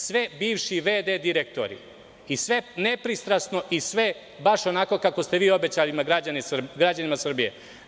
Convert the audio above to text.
Sve bivši VD direktori i sve nepristrasno i sve baš kako ste vi obećali građanima Srbije.